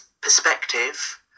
perspective